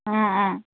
অঁ অঁ